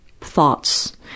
thoughts